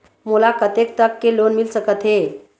मोला कतेक तक के लोन मिल सकत हे?